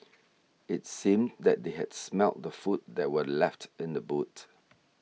it seemed that they had smelt the food that were left in the boot